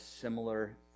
similar